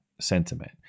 Sentiment